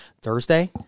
Thursday